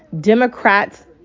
Democrats